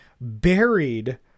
buried